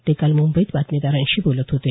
ते काल मुंबईत बातमीदारांशी बोलत होते